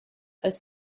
als